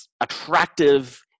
attractive